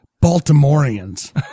Baltimoreans